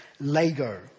Lego